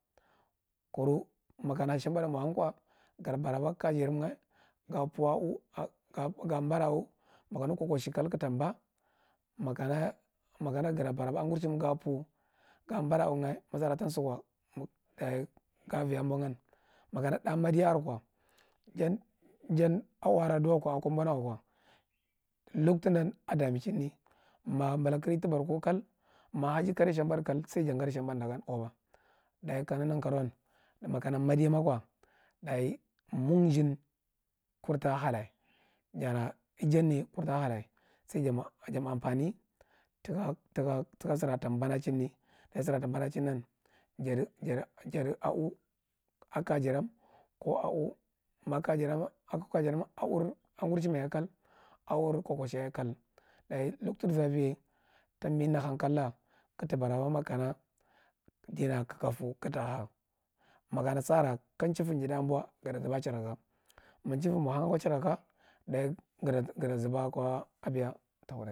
Kura maka shambuthi mohanko ga ta baraba kajiran a ga badi au makana kokoshekal agataba makagana baraba anngursimoh ga pur ga bade ava masora tasiko ga vi abonan maka thu wadiya are ko jan au adaduwoko abonnan luktudan adamiechine maja bulakrege tibarko kal maja bulakrege tibarko kal maja hage kare sharibantha kal, sai jan gadiyay luke judan daye kanege nankaewin makanamadiya mako monzin kutahala, jara iyanya kur ta hala say jatamo ampane takusira ta banachini ɗaye sira tanbama chinna gadi kadi au akajiram ka au ma kajiran ma angross yaye kal au, kokosheyagekal daye luctur zareye tambinigu homkalina kata baraba dinara kakafe kaha makana saara ka chife jiɗi abo gata zuba ako chiraka, ma chife mo han ako chiraka gata zaba abiya ta hauɗpn.